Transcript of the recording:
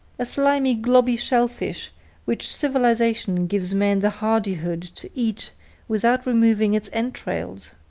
a slimy, gobby shellfish which civilization gives men the hardihood to eat without removing its entrails!